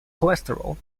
cholesterol